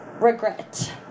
regret